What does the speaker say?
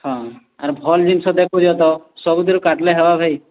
ହଁ ଆର୍ ଭଲ୍ ଜିନିଷ ଦେଖୁଛ ତ ସବୁଥିରେ କାଟ୍ଲେ ହେବା ଭାଇ